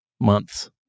months